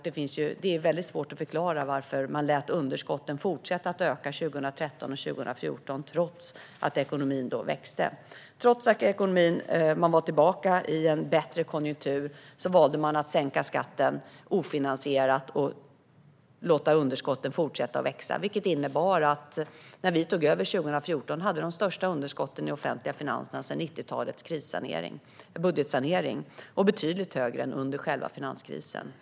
Det är väldigt svårt att förklara varför man lät underskotten fortsätta att öka 2013 och 2014 trots att ekonomin då växte. Trots att man var tillbaka i en bättre konjunktur valde man att sänka skatten ofinansierat och låta underskotten fortsätta att växa, vilket innebar att vi när vi tog över hade de största underskotten i de offentliga finanserna sedan 1990-talets budgetsanering. De var betydligt större än under själva finanskrisen.